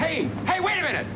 hey hey wait a minute